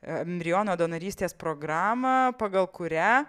embriono donorystės programą pagal kurią